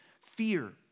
fear